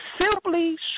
simply